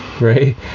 right